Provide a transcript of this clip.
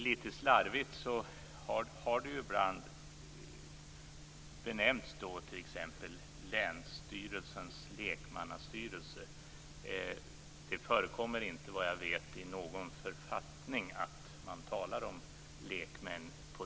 Litet slarvigt har man t.ex. infört benämningen "länsstyrelsens lekmannastyrelse". Såvitt jag vet används inte benämningen lekman på det sättet i någon författning.